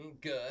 Good